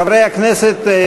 חברי הכנסת,